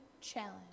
challenge